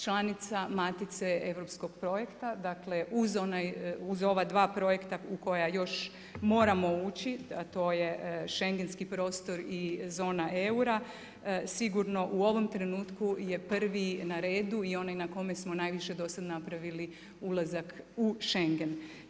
Članica matice europskog projekta, dakle u ova dva projekat u koja još moramo ući, a to je schengenski prostor i zona eura, sigurno u ovom trenutku je prvi na redu, i onaj na kome se najviše do sad napravili, ulazak u Schengen.